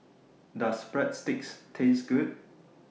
Does Breadsticks Taste Good